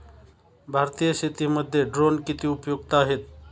भारतीय शेतीमध्ये ड्रोन किती उपयुक्त आहेत?